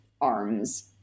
arms